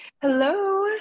Hello